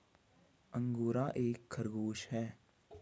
angora एक खरगोश है